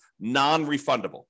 non-refundable